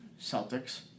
Celtics